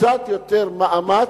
קצת יותר מאמץ,